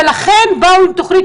ולכן באו עם תוכנית,